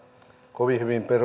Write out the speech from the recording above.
kovin hyvin